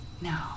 no